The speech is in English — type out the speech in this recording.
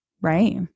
Right